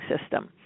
system